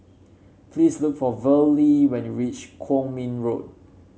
please look for Verlie when you reach Kwong Min Road